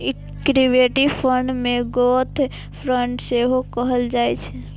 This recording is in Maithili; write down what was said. इक्विटी फंड कें ग्रोथ फंड सेहो कहल जाइ छै